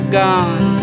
gone